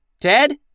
Ted